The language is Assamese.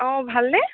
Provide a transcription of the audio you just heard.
অঁ ভাল নে